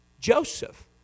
Joseph